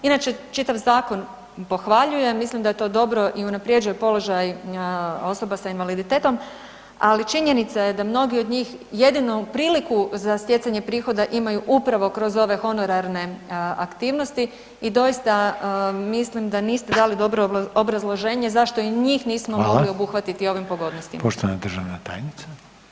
Inače čitav zakon pohvaljujem, mislim da je to dobro i unapređuje položaj osoba sa invaliditetom, ali činjenica je da mnogi od njih jednu priliku za stjecanje prihoda imaju upravo kroz ove honorarne aktivnosti i doista mislim da niste dali dobro obrazloženje zašto i njih nismo mogli obuhvatiti [[Upadica: Hvala.]] ovim pogodnostima.